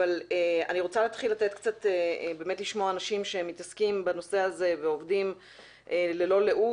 אני רוצה להתחיל לשמוע אנשים שמתעסקים בנושא הזה ועובדים ללא לאות.